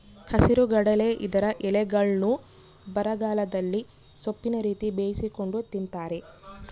ಹಸಿರುಗಡಲೆ ಇದರ ಎಲೆಗಳ್ನ್ನು ಬರಗಾಲದಲ್ಲಿ ಸೊಪ್ಪಿನ ರೀತಿ ಬೇಯಿಸಿಕೊಂಡು ತಿಂತಾರೆ